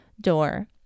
door